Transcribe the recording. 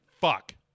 fuck